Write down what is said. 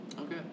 okay